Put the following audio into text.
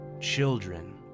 Children